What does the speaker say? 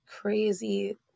crazy